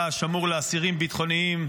תא השמור לאסירים ביטחוניים.